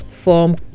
form